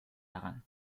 daran